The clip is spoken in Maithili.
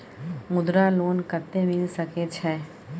मुद्रा लोन कत्ते मिल सके छै?